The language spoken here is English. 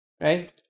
right